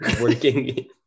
working